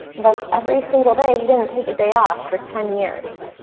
like every single day he didn't take a day off for ten years.